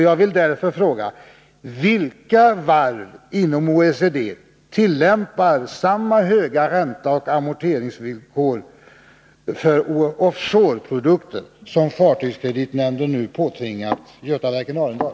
Jag vill därför fråga: Vilka varv inom OECD tillämpar samma höga ränteoch amorteringsvillkor för offshoreprodukter som fartygskreditnämnden nu påtvingat Götaverken Arendal?